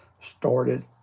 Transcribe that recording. started